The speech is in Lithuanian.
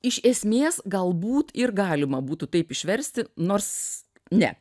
iš esmės galbūt ir galima būtų taip išversti nors ne